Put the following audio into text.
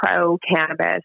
pro-cannabis